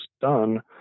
done